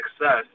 success